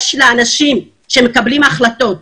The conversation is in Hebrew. יש לאנשים שמקבלים החלטות,